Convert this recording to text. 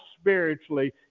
spiritually